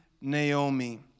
Naomi